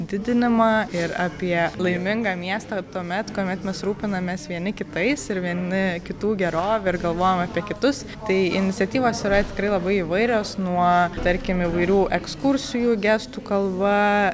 didinimą ir apie laimingą miestą tuomet kuomet mes rūpinamės vieni kitais ir vieni kitų gerove ir galvojam apie kitus tai iniciatyvos yra tikrai labai įvairios nuo tarkim įvairių ekskursijų gestų kalba